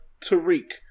Tariq